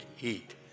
eat